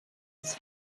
its